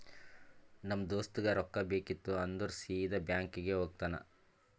ನಮ್ ದೋಸ್ತಗ್ ರೊಕ್ಕಾ ಬೇಕಿತ್ತು ಅಂದುರ್ ಸೀದಾ ಬ್ಯಾಂಕ್ಗೆ ಹೋಗ್ತಾನ